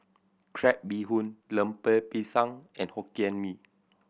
crab bee hoon Lemper Pisang and Hokkien Mee